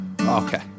Okay